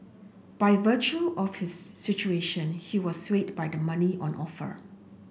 by virtue of his situation he was swayed by the money on offer